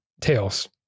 tails